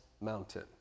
mountain